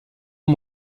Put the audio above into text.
aux